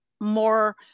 more